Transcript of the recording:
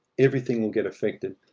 everything will get affected.